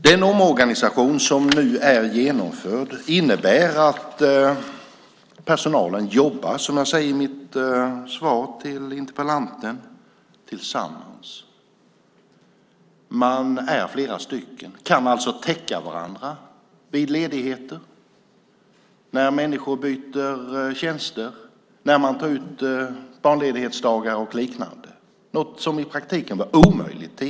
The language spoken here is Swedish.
Den omorganisation som nu är genomförd innebär att personalen, som jag säger i mitt svar till interpellanten, jobbar tillsammans. De är flera stycken och kan täcka upp för varandra vid ledigheter och när människor byter tjänster och tar ut barnledighetsdagar och liknande. Tidigare var det i praktiken omöjligt.